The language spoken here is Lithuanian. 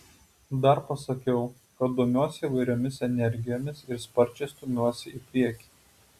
dar pasakiau kad domiuosi įvairiomis energijomis ir sparčiai stumiuosi į priekį